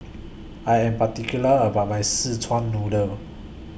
I Am particular about My Szechuan Noodle